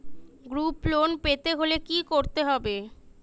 Group loan পেতে হলে কি করতে হবে?